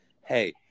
Hey